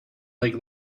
like